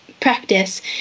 practice